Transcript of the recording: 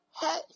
hey